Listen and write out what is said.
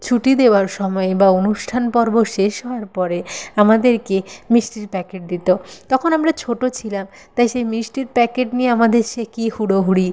ছুটি দেওয়ার সময় বা অনুষ্ঠান পর্ব শেষ হওয়ার পরে আমাদেরকে মিষ্টির প্যাকেট দিত তখন আমরা ছোট ছিলাম তাই সেই মিষ্টির প্যাকেট নিয়ে আমাদের সে কী হুড়োহুড়ি